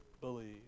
believe